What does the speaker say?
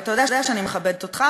ואתה יודע שאני מכבדת אותך,